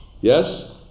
Yes